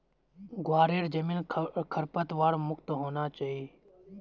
ग्वारेर जमीन खरपतवार मुक्त होना चाई